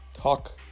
talk